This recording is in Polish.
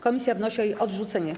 Komisja wnosi o jej odrzucenie.